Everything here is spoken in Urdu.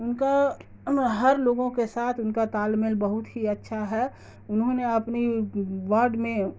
ان کا ہر لوگوں کے ساتھ ان کا تال میل بہت ہی اچھا ہے انہوں نے اپنی وارڈ میں